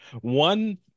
One